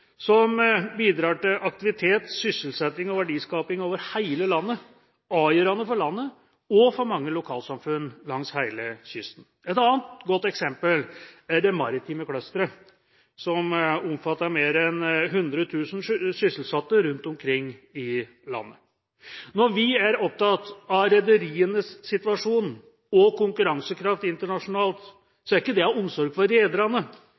som bidrar til aktivitet, sysselsetting og verdiskaping over hele landet, avgjørende for landet og for mange lokalsamfunn langs hele kysten. Et annet godt eksempel er den maritime clusteren som omfatter mer enn 100 000 sysselsatte rundt omkring i landet. Når vi er opptatt av rederienes situasjon og konkurransekraft internasjonalt, er ikke det av omsorg for rederne,